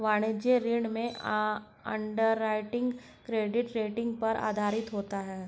वाणिज्यिक ऋण में अंडरराइटिंग क्रेडिट रेटिंग पर आधारित होता है